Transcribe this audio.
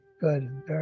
good